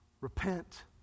Repent